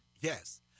Yes